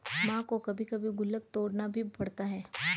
मां को कभी कभी गुल्लक तोड़ना भी पड़ता है